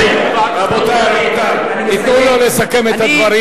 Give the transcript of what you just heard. רבותי, תנו לו לסכם את הדברים.